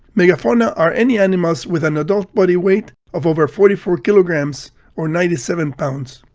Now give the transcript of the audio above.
megafauna are any animals with an adult body weight of over forty four kilograms or ninety seven pounds.